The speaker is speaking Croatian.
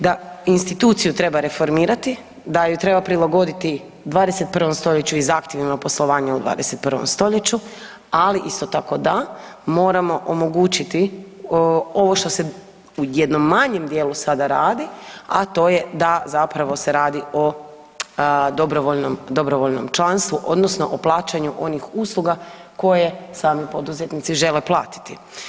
Da instituciju treba reformirati, da ju treba prilagoditi 21. stoljeću i zahtjevima o poslovanju u 21. stoljeću, ali isto tako da moramo omogućiti ovo što se u jednom manjem dijelu sada radi, a to je da zapravo se radi o dobrovoljnom članstvu odnosno o plaćanju onih usluga koje sami poduzetnici žele platiti.